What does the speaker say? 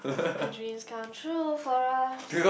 my dreams come true for us